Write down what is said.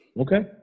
Okay